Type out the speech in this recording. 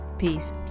Peace